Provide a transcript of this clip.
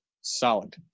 solid